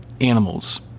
animals